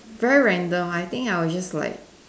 very random I think I will just like